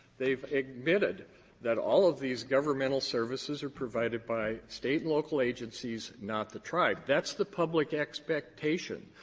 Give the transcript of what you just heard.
they've admitted that all of these governmental services are provided by state and local agencies, not the tribe. that's the public expectation.